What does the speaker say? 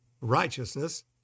Righteousness